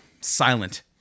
silent